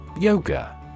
Yoga